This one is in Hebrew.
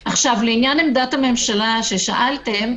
לעניין עמדת הממשלה ששאלתם,